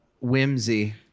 whimsy